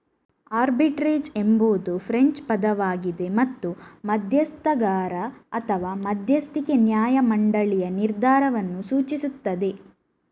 arbitrage ಎಂಬುದು French ಪದವಾಗಿದೆ ಮತ್ತು ಮಧ್ಯಸ್ಥಗಾರ ಅಥವಾ ಮಧ್ಯಸ್ಥಿಕೆ ನ್ಯಾಯ ಮಂಡಳಿಯ ನಿರ್ಧಾರವನ್ನು ಸೂಚಿಸುತ್ತದೆ